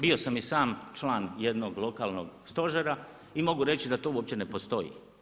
Bio sam i sam član jednog lokalnog stožera i mogu reći da to uopće ne postoji.